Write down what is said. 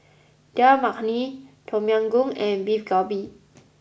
Dal Makhani Tom Yam Goong and Beef Galbi